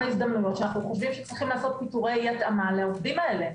הזדמנויות שאנו חושבים שצריך לעשות פיטורי התאמה לעובדים הלאה.